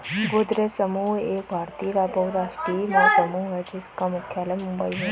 गोदरेज समूह एक भारतीय बहुराष्ट्रीय समूह है जिसका मुख्यालय मुंबई में है